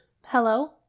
Hello